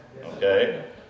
Okay